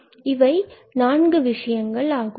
மற்றும் இவை நான்கு விஷயங்கள் ஆகும்